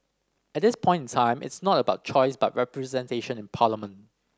at this point in time it's not about choice but representation in parliament